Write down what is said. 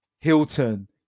Hilton